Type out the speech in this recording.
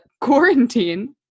quarantine